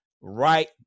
right